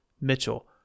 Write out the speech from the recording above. Mitchell